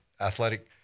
athletic